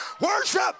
worship